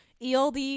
eld